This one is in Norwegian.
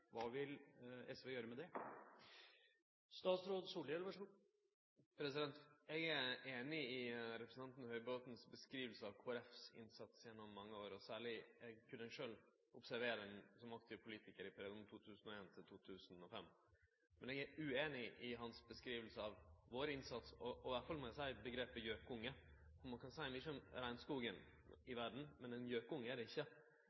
vil SV gjøre med det? Eg er einig i representanten Høybråtens beskriving av innsatsen til Kristeleg Folkeparti gjennom mange år, og særleg kunne eg sjølv observere han som aktiv politikar i perioden 2001 til 2005. Men eg er ueinig i hans beskriving av vår innsats, og iallfall i omgrepet «gjøkunge». Ein kan seie mykje om regnskogen i verda, men ein gjøkunge er han ikkje. Regnskogen er det